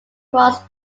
cross